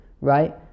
Right